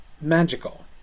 magical